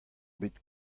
bet